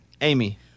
Amy